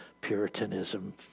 Puritanism